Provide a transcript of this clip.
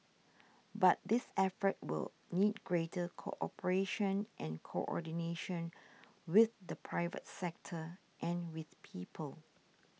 but this effort will need greater cooperation and coordination with the private sector and with people